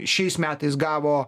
šiais metais gavo